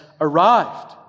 arrived